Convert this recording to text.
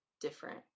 different